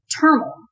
turmoil